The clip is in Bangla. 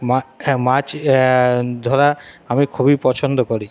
মা মাছ ধরা আমি খুবই পছন্দ করি